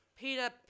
Peter